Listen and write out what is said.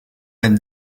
when